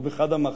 או בחדא מחתא,